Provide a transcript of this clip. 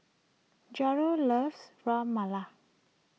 Jarod loves Ras Malai